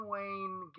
Wayne